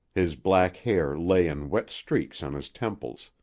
his black hair lay in wet streaks on his temples.